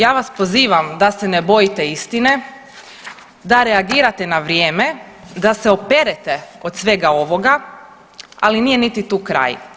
Ja vas pozivam da se ne bojite istine, da reagirate na vrijeme, da se operete od svega ovoga, ali nije niti tu kraj.